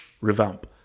revamp